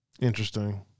Interesting